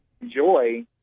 enjoy